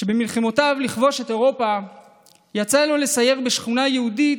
שבמלחמותיו לכבוש את אירופה יצא לו לסייר בשכונה יהודית.